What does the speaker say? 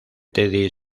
teddy